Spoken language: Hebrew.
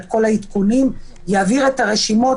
יצליח להעביר את הרשימות,